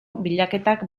bilaketak